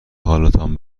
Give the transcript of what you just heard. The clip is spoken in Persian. حالتان